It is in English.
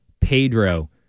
Pedro